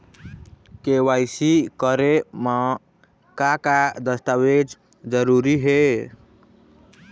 KYC करे म का का दस्तावेज जरूरी हे?